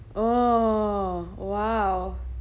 oh !wow!